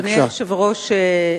אדוני היושב-ראש,